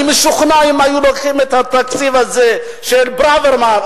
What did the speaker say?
אני משוכנע שאם היו לוקחים את התקציב הזה של ברוורמן,